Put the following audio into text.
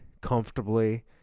comfortably